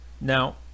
Now